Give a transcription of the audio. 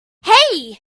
hey